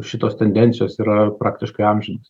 šitos tendencijos yra praktiškai amžinos